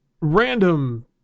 Random